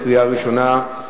קריאה ראשונה.